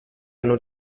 hanno